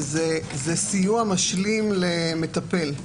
זה סיוע משלים למטפל,